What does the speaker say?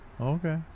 Okay